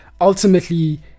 ultimately